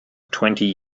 twenty